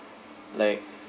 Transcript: like